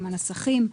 עם הנסחים.